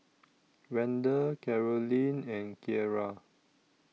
Randall Carolynn and Keira